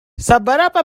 seberapa